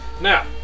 Now